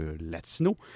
latino